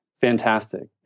fantastic